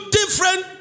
different